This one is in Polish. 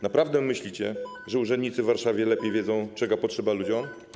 Naprawdę myślicie, że urzędnicy w Warszawie lepiej wiedzą, czego potrzeba ludziom?